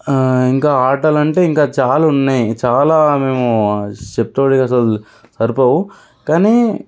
ఇంకా ఆటలు అంటే ఇంకా చాలా ఉన్నా చాలా మేము చెప్తే కూడా ఇక సరిపోవు కానీ